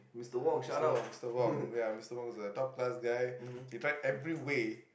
uh Mister-Wong Mister-Wong ya Mister-Wong is a top class guy he tried every way